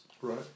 Right